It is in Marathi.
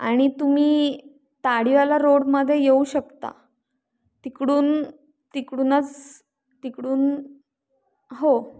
आणि तुम्ही ताडीवाला रोडमध्ये येऊ शकता तिकडून तिकडूनच तिकडून हो